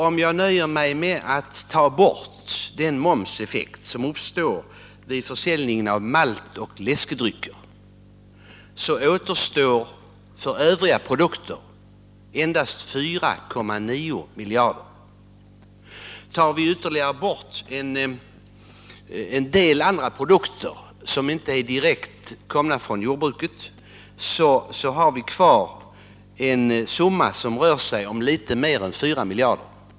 Om jag nöjer mig med att ta bort den momseffekt som uppstår vid försäljning av maltoch läskedrycker, återstår för övriga produkter endast 4,9 miljarder. Tar jag ytterligare bort en del andra produkter, som inte är direkt komna från jordbruket, har vi kvar en summa på litet över 4 miljarder.